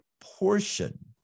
portion